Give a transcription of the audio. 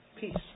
peace